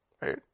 right